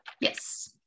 Yes